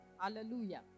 Hallelujah